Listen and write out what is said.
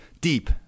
deep